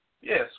Yes